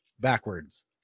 backwards